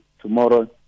tomorrow